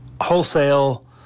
wholesale